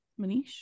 manish